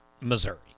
Missouri